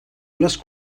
les